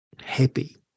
happy